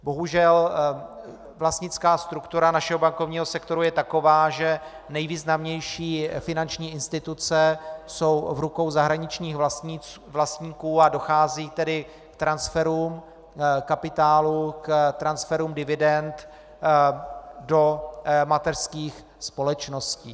Bohužel, vlastnická struktura našeho bankovního sektoru je taková, že nejvýznamnější finanční instituce jsou v rukou zahraničních vlastníků, a dochází tedy k transferům kapitálu, k transferům dividend do mateřských společností.